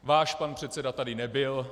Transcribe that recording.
Váš pan předseda tady nebyl.